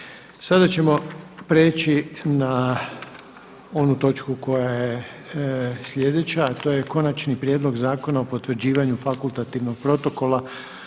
Sada ćemo prijeći na onu točku koja je sljedeća, a to je: - Konačni prijedlog Zakona o potvrđivanju fakultativnog protokola